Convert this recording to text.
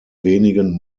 wenigen